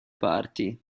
parti